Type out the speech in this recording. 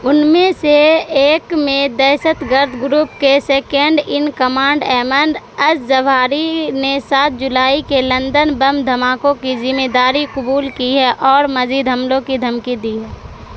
ان میں سے ایک میں دہشت گرد گروپ کے second in command Ayman al Zawahiri نے سات جولائی کے لندن بم دھماکوں کی ذمے داری قبول کی ہے اور مزید حملوں کی دھمکی دی ہے